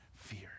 fear